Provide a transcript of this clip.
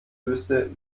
wüsste